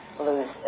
lose